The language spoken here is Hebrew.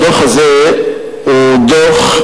הדוח הזה הוא דוח,